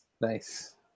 Nice